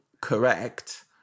correct